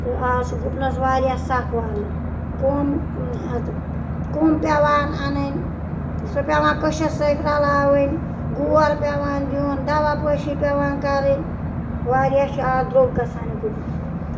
تہٕ آز چھُ گُپنَس واریاہ سَخ والُن کوٚم کوٚم پیٚوان اَنٕنۍ سۄ پیٚوان کٔشَس سۭتۍ رَلاوٕنۍ گور پیٚوان دیُن دَوا پٲشی پیٚوان کَرٕنۍ واریاہ چھُ آز درٛوٚگ گَژھان یہِ گُپُن